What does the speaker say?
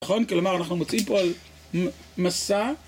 נכון, כלומר אנחנו מוצאים פה על מסע